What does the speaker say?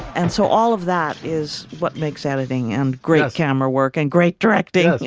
and so all of that is what makes editing and great camera work and great directing